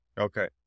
Okay